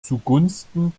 zugunsten